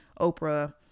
Oprah